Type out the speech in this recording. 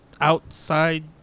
outside